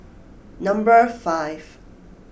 number five